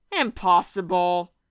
Impossible